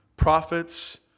prophets